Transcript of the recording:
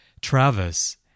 Travis